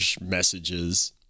messages